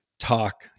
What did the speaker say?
talk